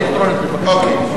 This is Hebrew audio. מענקים מיוחדים,